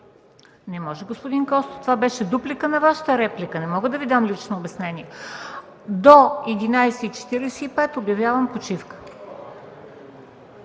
Не може, господин Костов. Това беше дуплика на Вашата реплика, не мога да Ви дам лично обяснение. Обявявам почивка